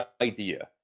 idea